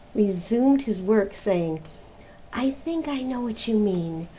resumed his work, saying i think i know what you mean.